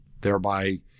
thereby